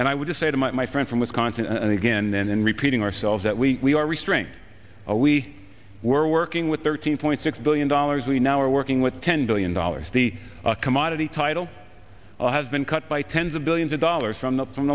and i would say to my friend from wisconsin and again and repeating ourselves that we are restrained we were working with thirteen point six billion dollars we now are working with ten billion dollars the commodity title has been cut by tens of billions of dollars from the from